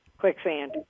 quicksand